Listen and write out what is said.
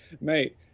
Mate